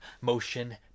motion